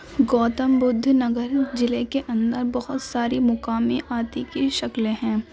گوتم بدھ نگر ضلعے کے اندر بہت ساری مقامی آتی کی شکلیں ہیں